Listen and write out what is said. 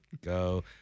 Go